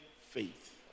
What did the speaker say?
faith